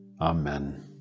Amen